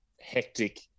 hectic